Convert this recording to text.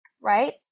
right